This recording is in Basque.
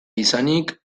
izanik